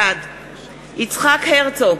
בעד יצחק הרצוג,